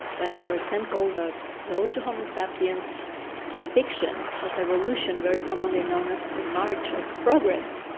like for example, the road to homo sapiens depiction of evolution, very commonly known as the march of progress,